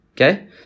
okay